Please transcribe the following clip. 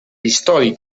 història